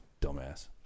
dumbass